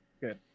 Good